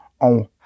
on